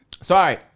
Sorry